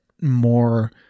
more